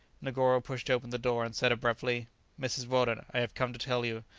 negoro pushed open the door, and said abruptly mrs. weldon, i have come to tell you,